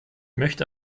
möchte